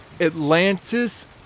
Atlantis